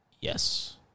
Yes